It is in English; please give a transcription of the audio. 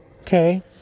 Okay